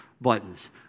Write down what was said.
buttons